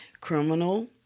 criminal